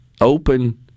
open